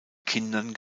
kindern